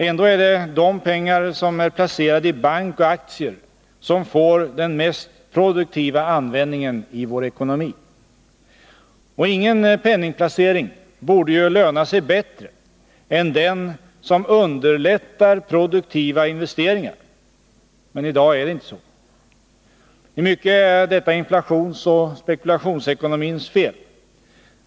Ändå är det de pengar som är placerade i bank och aktier som får den mest produktiva användningen i vår ekonomi. Och ingen penningplacering borde ju löna sig bättre än den som underlättar produktiva investeringar. Men i dag är det inte så. I mycket är detta inflationsoch spekulationsekonomins fel.